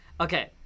okay